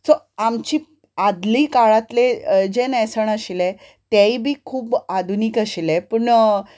so आमची आदली काळांतले जें न्हेसण आशिल्लें तेयी बी खूब आधुनीक आशिल्लें पूण